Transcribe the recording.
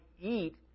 eat